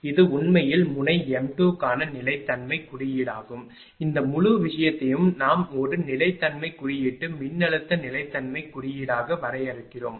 எனவே இது உண்மையில் முனை m2 க்கான நிலைத்தன்மை குறியீடாகும் இந்த முழு விஷயத்தையும் நாம் ஒரு நிலைத்தன்மை குறியீட்டு மின்னழுத்த நிலைத்தன்மை குறியீடாக வரையறுக்கிறோம்